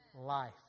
life